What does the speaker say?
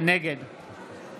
נגד